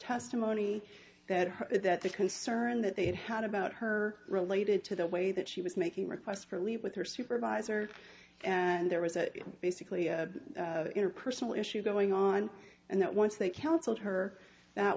testimony that that the concern that they had had about her related to the way that she was making requests for leave with her supervisor and there was a basically interpersonal issue going on and that once they counseled her that